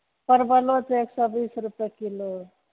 परबलो छै एक सए बीस रूपे किलो